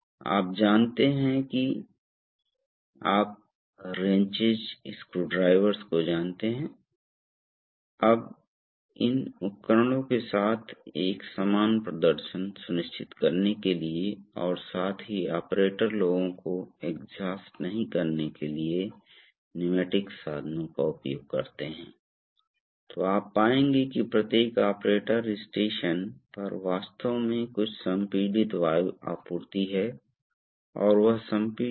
तो लेकिन एक स्प्रिंग है यह एक स्प्रिंग है इसलिए स्प्रिंग इसे नीचे धकेल रहा है यह किनारा वे दो किनारों ये वास्तव में यहां के प्रतिकूल हैं और बंद हो रहे हैं इसलिए टैंक में कोई रिसाव नहीं है सीधे तरल पदार्थ गुजर रहा है यह सामान्य परिदृश्य है अब मान लीजिए दबाव बढ़ जाता है यहाँ उच्च दबाव जाना शुरू होता है तो क्या होगा धीरे धीरे केशिका के कारण इसमें थोड़ा समय लगेगा लेकिन यहाँ दबाव और यहाँ दबाव कुछ समय के बाद बनाए रखा जाता है इस छिद्र के कारण